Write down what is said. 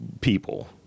people